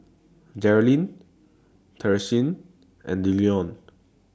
Jerilyn Tishie and Dillon